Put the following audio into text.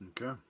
Okay